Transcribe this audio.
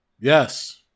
Yes